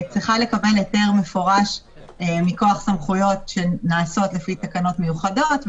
צריכה לקבל היתר מפורש מכוח סמכויות שנעשות לפי תקנות מיוחדות.